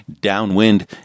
downwind